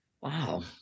Wow